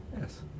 Yes